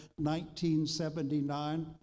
1979